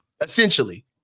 essentially